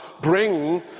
bring